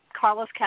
Carlos